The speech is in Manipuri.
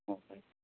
ꯑꯣ ꯐꯔꯦ ꯐꯔꯦ